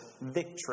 Victory